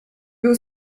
był